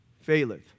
faileth